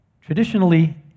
Traditionally